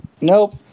Nope